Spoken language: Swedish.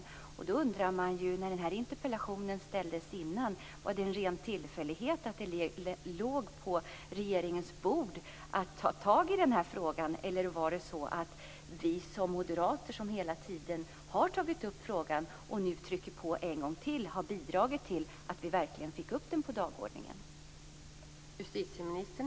Eftersom interpellationen ställdes dessförinnan undrar jag om det var en ren tillfällighet att den här frågan låg på regeringens bord eller om det var så att vi moderater, som hela tiden har drivit frågan och nu trycker på en gång till, har bidragit till att verkligen få upp den på dagordningen.